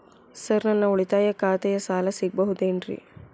Sir ನನ್ನ ಉಳಿತಾಯ ಖಾತೆಯ ಸಾಲ ಸಿಗಬಹುದೇನ್ರಿ?